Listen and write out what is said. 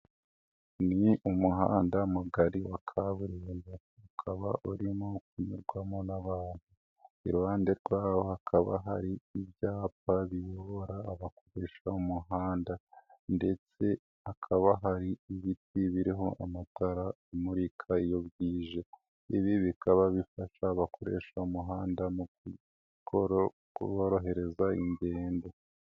Ni umuhanda mugari wa kaburimbo, ukaba urimo kunyurwamo n'abantu, iruhande rwaho hakaba hari ibyapa biyobora abakoresha umuhanda ndetse hakaba hari ibiti biriho amatara amurika iyo bwije, ibi bikaba bifasha abakoresha umuhanda mu kuborohereza ingendo.